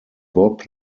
bob